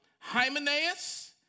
Hymenaeus